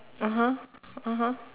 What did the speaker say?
(uh huh) (uh huh)